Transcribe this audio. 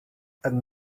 and